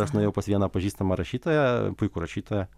aš nuėjau pas vieną pažįstamą rašytoją puikų rašytoją